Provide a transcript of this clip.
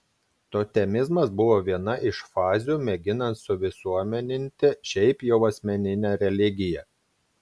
totemizmas buvo viena iš fazių mėginant suvisuomeninti šiaip jau asmeninę religiją